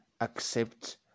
accept